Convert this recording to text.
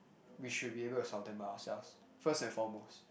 we should be able to solve them by ourselves first and foremost